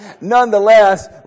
nonetheless